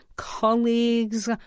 colleagues